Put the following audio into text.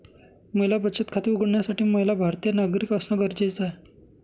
महिला बचत खाते उघडण्यासाठी महिला भारतीय नागरिक असणं गरजेच आहे